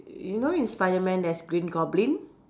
you know in spider man there's green goblin